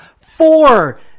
four